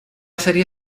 serie